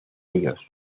ellos